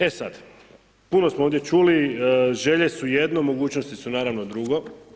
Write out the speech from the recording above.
E sad, puno smo ovdje čuli, želje su jedno, mogućnosti su naravno drugo.